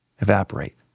evaporate